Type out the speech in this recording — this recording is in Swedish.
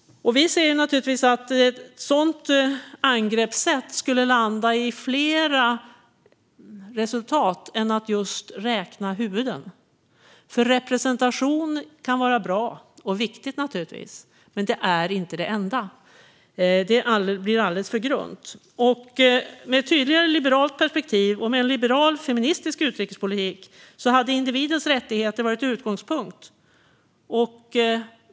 Ett sådant angreppssätt skulle landa i fler resultat än om man bara räknar huvuden. Representation kan naturligtvis vara bra och viktigt, men det är inte det enda. Det blir alldeles för grunt. Med ett tydligare liberalt perspektiv och en liberal feministisk utrikespolitik hade individens rättigheter varit utgångspunkt.